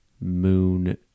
moon